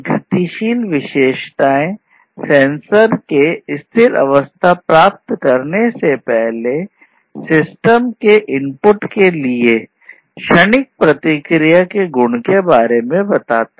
गतिशील विशेषताएं सेंसर के स्थिर अवस्था प्राप्त से पहले सिस्टम के एक इनपुट के लिए क्षणिक प्रतिक्रिया के गुणों के बारे में बताता है